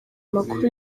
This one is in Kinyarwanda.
amakuru